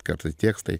kartais tekstai